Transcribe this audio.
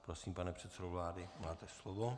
Prosím, pane předsedo vlády, máte slovo.